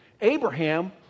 abraham